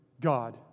God